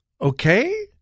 Okay